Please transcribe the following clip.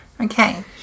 Okay